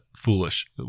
foolish